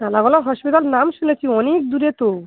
নালাগোলা hospital নাম শুনেছি অনেক দূরে তো